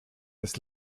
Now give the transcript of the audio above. des